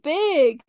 big